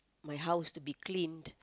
my house to be cleaned